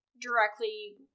directly